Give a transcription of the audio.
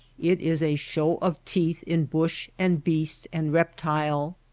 it is a show of teeth in bush and beast and reptile.